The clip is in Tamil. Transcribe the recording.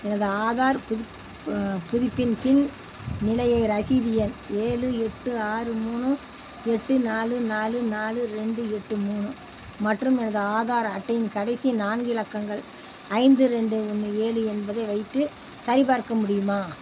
எனது ஆதார் புதுப் புதுப்பின்பின் நிலையை ரசீது எண் ஏழு எட்டு ஆறு மூணு எட்டு நாலு நாலு நாலு ரெண்டு எட்டு மூணு மற்றும் எனது ஆதார் அட்டையின் கடைசி நான்கு இலக்கங்கள் ஐந்து ரெண்டு ஒன்று ஏழு என்பதை வைத்து சரிபார்க்க முடியுமா